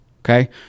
Okay